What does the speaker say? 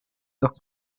dos